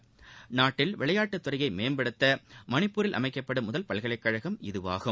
இதன்படி நாட்டில் விளையாட்டுத்துறையை மேம்படுத்த மணிப்பூரில் அமைக்கப்படும் முதல் பல்கலைக்கழகமாகும்